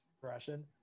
progression